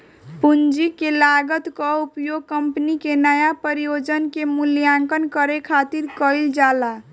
पूंजी के लागत कअ उपयोग कंपनी के नया परियोजना के मूल्यांकन करे खातिर कईल जाला